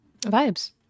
vibes